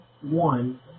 one